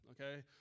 okay